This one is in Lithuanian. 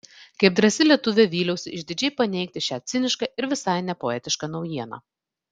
kaip drąsi lietuvė vyliausi išdidžiai paneigti šią cinišką ir visai nepoetišką naujieną